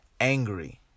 angry